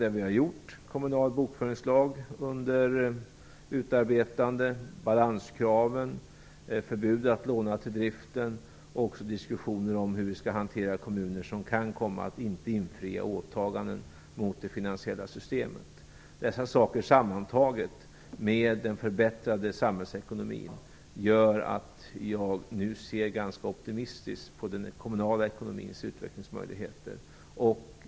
Det vi har gjort - kommunal bokföringslag är under utarbetande, balanskraven, förbudet att låna till driften och diskussioner om hur vi skall hantera kommuner som inte kan infria åtagandena mot det finansiella systemet - tillsammans med den förbättrade samhällsekonomin gör att jag nu ser ganska optimistiskt på den kommunala ekonomins utvecklingsmöjligheter.